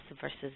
versus